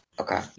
Okay